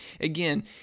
again